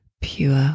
pure